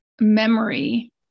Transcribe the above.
memory